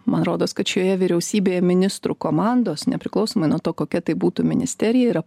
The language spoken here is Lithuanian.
man rodos kad šioje vyriausybėje ministrų komandos nepriklausomai nuo to kokia tai būtų ministerija yra